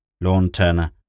lawn-turner